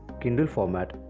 kindle format,